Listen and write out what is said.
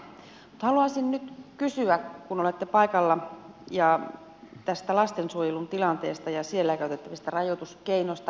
mutta haluaisin nyt kysyä kun olette paikalla tästä lastensuojelun tilanteesta ja siellä käytettävistä rajoituskeinoista